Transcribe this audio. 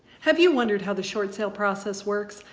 have you wondered how the short sale process works?